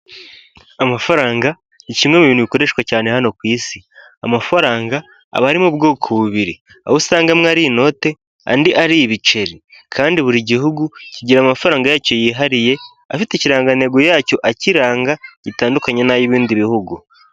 Amafaranga ni kimwe mu bintu bikoreshwa cyane hano ku isi, amafaranga aba ari mu bwoko bubiri, aho usanga amwe ari inoti andi ari ibiceri, kandi buri gihugu kigira amafaranga yacyo yihariye, afite ikirangantego yacyo akiranga, gitandukanye n'ay'ibindi bihugu.